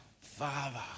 father